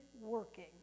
working